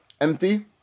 empty